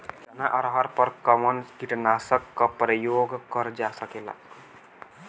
चना अरहर पर कवन कीटनाशक क प्रयोग कर जा सकेला?